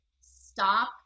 stop